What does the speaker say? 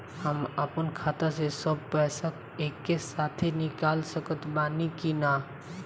हम आपन खाता से सब पैसा एके साथे निकाल सकत बानी की ना?